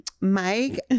Mike